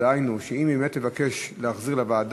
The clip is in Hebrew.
דהיינו, אם היא באמת תבקש להחזיר לוועדה